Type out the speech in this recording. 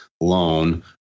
loan